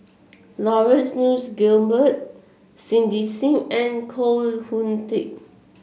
Laurence Nunns Guillemard Cindy Sim and Koh Hoon Teck